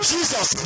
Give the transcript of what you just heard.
Jesus